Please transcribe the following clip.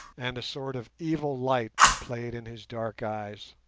and a sort of evil light played in his dark eyes.